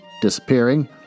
disappearing